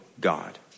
God